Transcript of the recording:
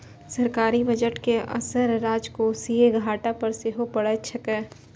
सरकारी बजट के असर राजकोषीय घाटा पर सेहो पड़ैत छैक